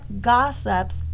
gossips